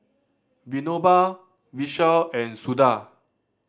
Vinoba Vishal and Suda